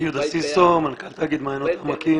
חברי הכנסת, איך אפשר לרשום פרוטוקול?